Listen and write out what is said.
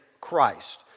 Christ